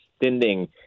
extending